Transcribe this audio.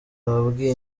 wabwiye